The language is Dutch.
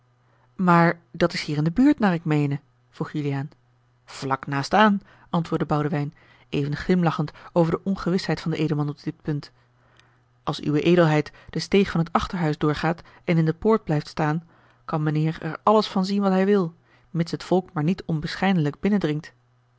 maar dat is hier in de buurt naar ik meene vroeg juliaan vlak naast aan antwoordde boudewijn even glimlachend over de ongewisheid van den edelman op dit punt als uwe edelheid de steeg van t achterhuis doorgaat en in de poort blijft staan kan mijnheer er alles van zien wat hij wil mits het volk maar niet onbescheidenlijk binnendringt